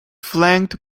flanked